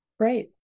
Right